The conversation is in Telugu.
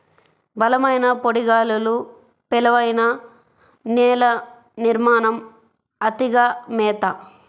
బలమైన పొడి గాలులు, పేలవమైన నేల నిర్మాణం, అతిగా మేత